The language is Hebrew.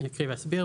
אני אקריא ואסביר.